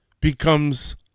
becomes